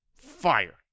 fire